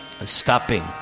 stopping